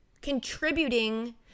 contributing